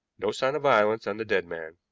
no sign of violence on the dead man.